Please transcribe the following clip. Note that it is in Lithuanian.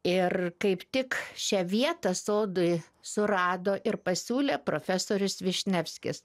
ir kaip tik šią vietą sodui surado ir pasiūlė profesorius višnevskis